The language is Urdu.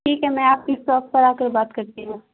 ٹھیک ہے میں آپ کی شاپ پر آ کر بات کرتی ہوں